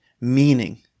meaning